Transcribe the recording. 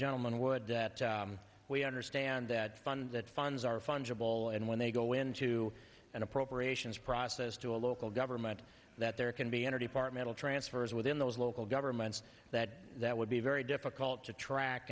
gentleman would that we understand that fund that funds are fungible and when they go into an appropriations process to a local government that there can be energy part metal transfers within those local governments that that would be very difficult to